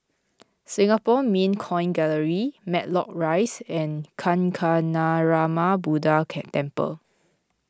Singapore Mint Coin Gallery Matlock Rise and Kancanarama Buddha Temple